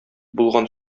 булган